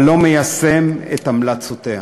אבל לא מיישם את המלצותיה.